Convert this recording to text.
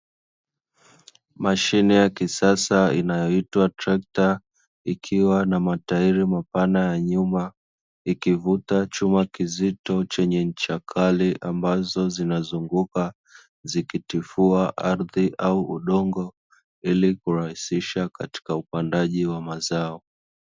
Mashine ya kisasa inayoitwa trekta, ikiwa na matairi mapana ya nyuma, ikivuta chuma kizito chenye ncha kali ambazo zinazunguka zikitifua ardhi au udongo, ili kurahishisha katika upandaji wa mazao.